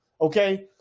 okay